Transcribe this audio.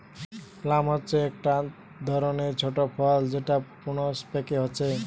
plum হচ্ছে একটা ধরণের ছোট ফল যেটা প্রুনস পেকে হচ্ছে